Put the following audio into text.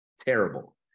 Terrible